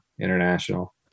International